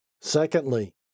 Secondly